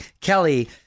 Kelly